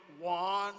one